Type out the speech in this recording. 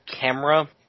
camera